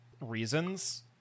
reasons